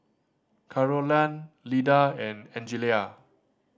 Carolann Lida and Angelia